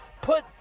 put